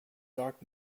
dark